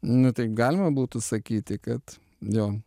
nu taip galima būtų sakyti kad ne